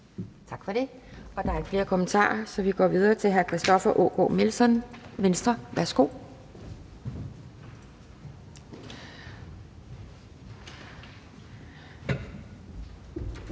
Tak for det. Der er ikke flere kommentarer, så vi går videre til hr. Christoffer Aagaard Melson, Venstre. Værsgo.